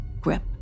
grip